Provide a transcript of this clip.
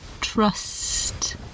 trust